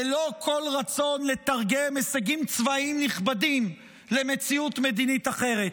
ללא כל רצון לתרגם הישגים צבאיים נכבדים למציאות מדינית אחרת.